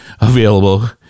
available